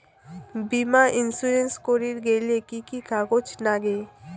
বীমা ইন্সুরেন্স করির গেইলে কি কি কাগজ নাগে?